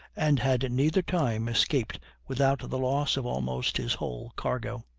and had neither time escaped without the loss of almost his whole cargo.